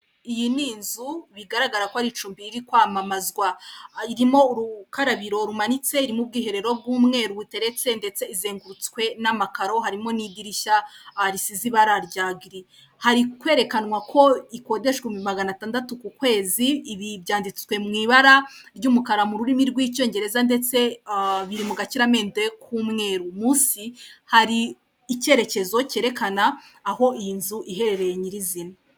Iyi ni inzu bigaragara ko ari icumbi riri kwamamazwa. Irimo urukarabiro rumanitse, irimo ubwiherero bw'umweru buteretse ndetse izengurutswe n'amakaro harimo n'idirishya risize ibara rya giri. Hari kwerekanwa ko ikodeshwa ibihumbi magana atandatu ku kwezi, ibi byanditswe mu ibara ry'umukara mu rurimi rw'icyongereza ndetse biri mu gakiramende k'umweru. Munsi, hari icyerekezo cyerekana aho iyi nzu iherereye nyirizina.